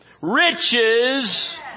riches